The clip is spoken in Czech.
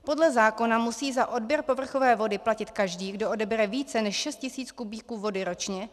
Podle zákona musí za odběr povrchové vody platit každý, kdo odebere více než 6 tisíc m3 vody ročně.